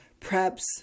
preps